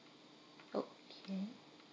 okay